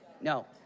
No